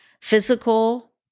physical